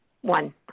one